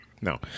No